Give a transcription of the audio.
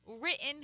written